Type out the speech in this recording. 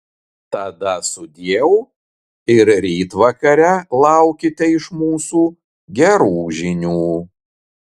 tada sudieu ir ryt vakare laukite iš mūsų gerų žinių